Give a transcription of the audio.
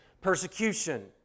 persecution